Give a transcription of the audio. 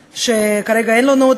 שכרגע אין לנו,